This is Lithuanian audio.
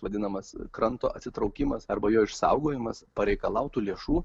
vadinamas kranto atsitraukimas arba jo išsaugojimas pareikalautų lėšų